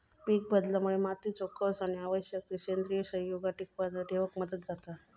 पीकबदलामुळे मातीचो कस आणि आवश्यक ती सेंद्रिय संयुगा टिकवन ठेवक मदत जाता